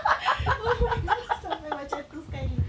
oh my god sampai macam tu sekali